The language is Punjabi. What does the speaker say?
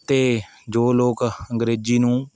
ਅਤੇ ਜੋ ਲੋਕ ਅੰਗਰੇਜ਼ੀ ਨੂੰ